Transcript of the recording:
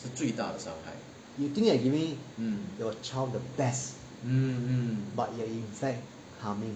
you think you are giving your child the best but you are fact harming